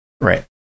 right